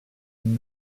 can